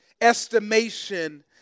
estimation